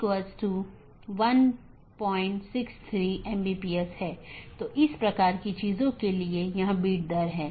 NLRI का उपयोग BGP द्वारा मार्गों के विज्ञापन के लिए किया जाता है